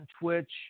Twitch